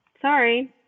sorry